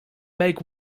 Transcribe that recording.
make